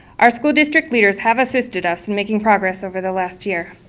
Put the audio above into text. our school district leaders have assisted us in making progress over the last year.